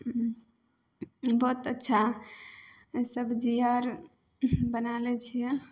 बहुत अच्छा सब्जी आर बना लै छिए